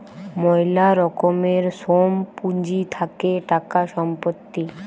ময়লা রকমের সোম পুঁজি থাকে টাকা, সম্পত্তি